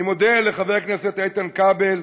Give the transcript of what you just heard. אני מודה לחבר הכנסת איתן כבל,